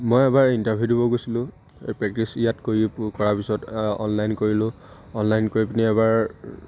মই এবাৰ ইণ্টাৰভিউ দিব গৈছিলোঁ এই প্ৰেক্টিছ ইয়াত কৰি কৰাৰ পিছত অনলাইন কৰিলোঁ অনলাইন কৰি পিনি এবাৰ